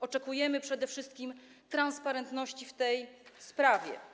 Oczekujemy przede wszystkim transparentności w tej sprawie.